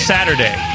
Saturday